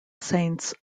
saints